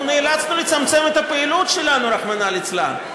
אנחנו נאלצנו לצמצם את הפעילות שלנו, רחמנא ליצלן.